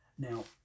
Now